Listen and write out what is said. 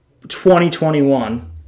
2021